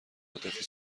عاطفی